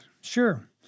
Sure